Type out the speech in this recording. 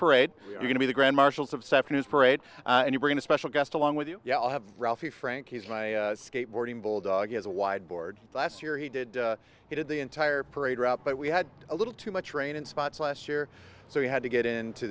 parade you're going to be the grand marshals of saffron is parade and you're going to special guest along with you yeah i'll have rafi frank he's my skateboarding bulldog he has a wide board last year he did he did the entire parade route but we had a little too much rain in spots last year so we had to get into